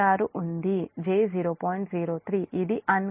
03 ఇది అన్గ్రౌండ్